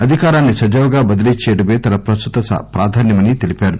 అధికారాన్ని సజావుగా బదిలీ చేయడమే తన ప్రస్తుత ప్రాధాన్యమని తెలిపారు